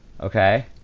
Okay